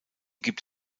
gibt